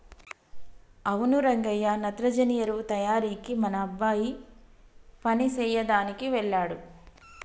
అవును రంగయ్య నత్రజని ఎరువు తయారీకి మన అబ్బాయి పని సెయ్యదనికి వెళ్ళాడు